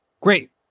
great